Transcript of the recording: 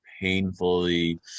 painfully